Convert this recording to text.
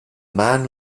man